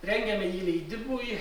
rengiame jį leidimui